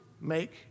make